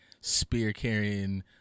spear-carrying